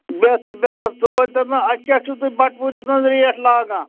بہتر بہتر ژٕ ؤنۍتو مےٚ اَتہِ کیٛاہ چھُو تُہۍ بَٹہٕ پوٗرِس مَنٛز ریٹ لاگان